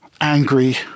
angry